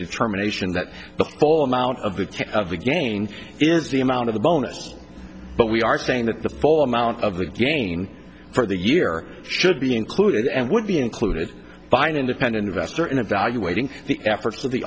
determination that the full amount of the of the gain is the amount of the bonus but we are saying that the full amount of the gain for the year should be included and would be included by an independent investor in evaluating the efforts of the